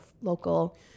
local